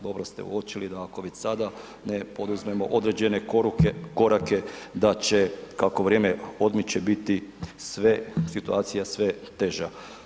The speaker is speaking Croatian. Dobro ste uočili, da ako već sada ne poduzmemo određene korake, da će kako vrijeme odmiče biti sve, situacija sve teža.